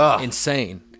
insane